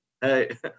Hey